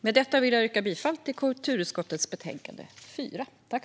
Med detta vill jag yrka bifall till utskottets förslag.